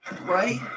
Right